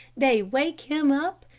they wake him up,